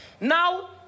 now